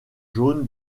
jaune